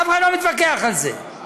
אף אחד לא מתווכח על זה,